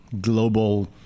global